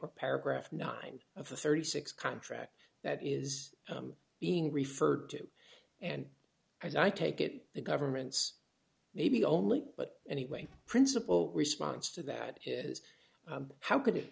or paragraph nine of the thirty six contract that is being referred to and as i take it the government's maybe only but anyway principle response to that is how could